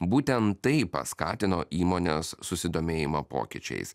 būtent tai paskatino įmonės susidomėjimą pokyčiais